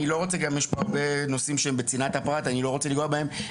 יש כאן הרבה נושאים שהם בצנעת הפרט ואני לא רוצה לגעת בהם.